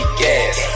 gas